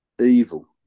evil